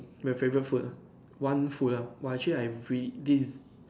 my favorite food ah one food ah whoa actually I've real this